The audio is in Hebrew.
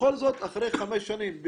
בכל זאת אחרי חמש שנים,